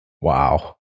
Wow